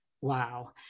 Wow